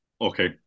Okay